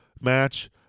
match